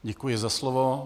Děkuji za slovo.